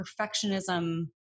perfectionism